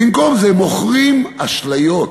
במקום זה מוכרים אשליות,